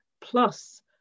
plus